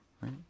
right